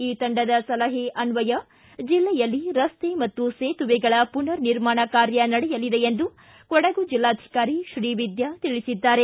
ಈ ತಂಡದ ಸಲಹೆ ಅನ್ವಯ ಜಿಲ್ಲೆಯಲ್ಲಿ ರಸ್ತ ಮತ್ತು ಸೇತುವೆಗಳ ಮನರ್ ನಿರ್ಮಾಣ ಕಾರ್ಯ ನಡೆಯಲಿದೆ ಎಂದು ಕೊಡಗು ಜಿಲ್ಲಾಧಿಕಾರಿ ಶ್ರೀವಿದ್ಯಾ ತಿಳಿಸಿದ್ದಾರೆ